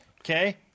Okay